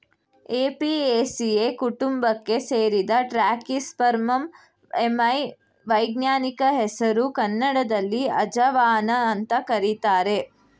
Apiaceae ಕುಟುಂಬಕ್ಕೆ ಸೇರಿದ Trachyspermum ammi ವೈಜ್ಞಾನಿಕ ಹೆಸರು ಕನ್ನಡದಲ್ಲಿ ಅಜವಾನ ಅಂತ ಕರೀತಾರೆ